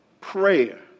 prayer